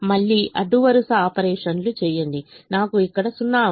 మళ్ళీ అడ్డువరుస ఆపరేషన్లు చేయండి నాకు ఇక్కడ 0 అవసరం